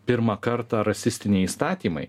pirmą kartą rasistiniai įstatymai